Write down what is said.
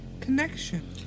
connection